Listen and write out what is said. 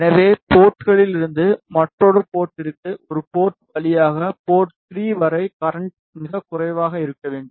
எனவே போர்ட்லிருந்து மற்றொரு போர்ட்டிற்கு ஒரு போர்ட் வழியாக போர்ட் 3 வரை கரண்ட் மிகக் குறைவாக இருக்க வேண்டும்